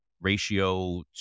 ratio